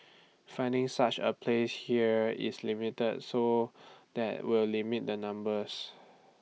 finding such A place here is limited so that will limit the numbers